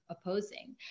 opposing